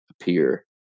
appear